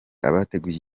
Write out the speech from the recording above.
abateguye